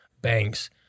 banks